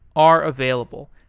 are available.